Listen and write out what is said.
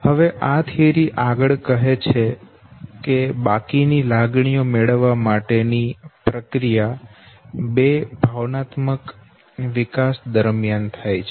હવે આ થીયરી આગળ કહે છે બાકીની લાગણીઓ ને મેળવવા કરવા માટે ની પ્રક્રિયા બે ભાવનાત્મક વિકાસ દરમિયાન થાય છે